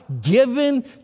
given